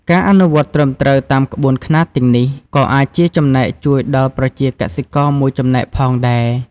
ការអនុវត្តត្រឹមត្រូវតាមក្បួនខ្នាតទាំងនេះក៏អាចជាចំណែកជួយដល់ប្រជាកសិករមួយចំណែកផងដែរ។